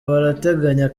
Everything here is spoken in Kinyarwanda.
barateganya